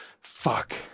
fuck